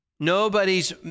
Nobody's